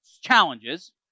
challenges